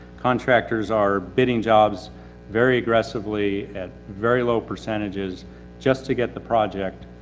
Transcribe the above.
contractors are bidding jobs very aggressively at very low percentages just to get the project,